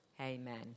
Amen